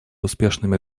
успешными